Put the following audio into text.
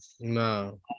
No